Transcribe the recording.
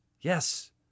Yes